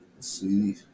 See